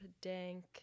dank